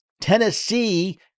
Tennessee